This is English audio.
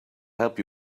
help